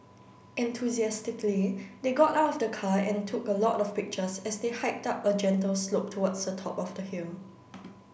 enthusiastically they got out of the car and took a lot of pictures as they hiked up a gentle slope towards the top of the hill